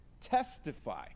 testify